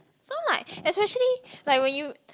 so like especially like when you